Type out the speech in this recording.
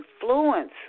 influence